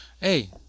Hey